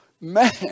man